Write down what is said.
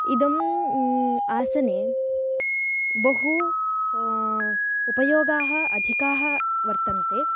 इदम् आसने बहु उपयोगाः अधिकाः वर्तन्ते